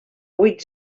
vuit